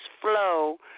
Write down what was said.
flow